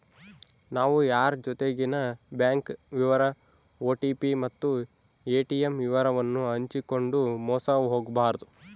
ನಾವು ಯಾರ್ ಜೊತಿಗೆನ ಬ್ಯಾಂಕ್ ವಿವರ ಓ.ಟಿ.ಪಿ ಮತ್ತು ಏ.ಟಿ.ಮ್ ವಿವರವನ್ನು ಹಂಚಿಕಂಡು ಮೋಸ ಹೋಗಬಾರದು